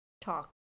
talk